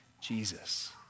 Jesus